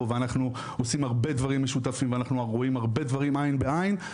ואנחנו עושים הרבה דברים משותפים ואנחנו ראויים הרבה דברים עין בעין.